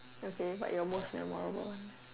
okay what your most memorable one